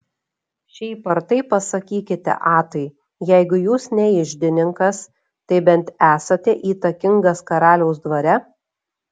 šiaip ar taip pasakykite atai jeigu jūs ne iždininkas tai bent esate įtakingas karaliaus dvare